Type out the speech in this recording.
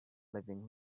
living